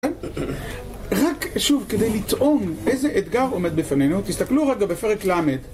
רק, שוב, כדי לטעום איזה אתגר עומד בפנינו, תסתכלו רגע בפרק למד.